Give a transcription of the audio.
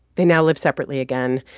they now live separately again,